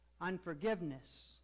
unforgiveness